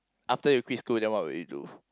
after you quit school then what would you do